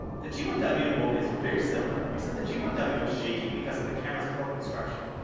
the g one w and mobius were very similar excecpt the g one w was shaky because of the camera's poor construction.